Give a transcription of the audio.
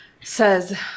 says